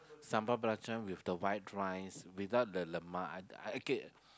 sambal belacan with the white rice without the lemak I I okay